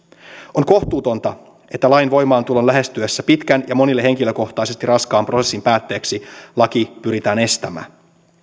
on kohtuutonta että lain voimaantulon lähestyessä pitkän ja monille henkilökohtaisesti raskaan prosessin päätteeksi laki pyritään estämään